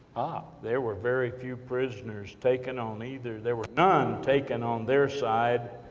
there were very few prisoners taken on either. there were none taken on their side,